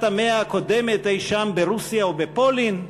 המאה הקודמת אי-שם ברוסיה או בפולין,